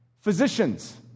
Physicians